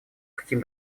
каким